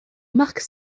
marque